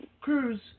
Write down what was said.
Cruz